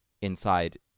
inside